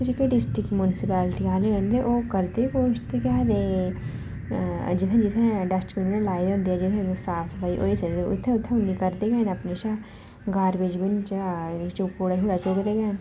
ते जेह्के district municipal आह्ले न ओह् करदे कोशश केह् आखदे जित्थें जित्थें डस्टबिन लाए दे होंदे जित्थें जित्थें साफ सफाई होंदी उत्थें उत्थें करदे गै न अपने कशा गारबेज चा कूड़ा चुकदे गै न